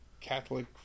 Catholic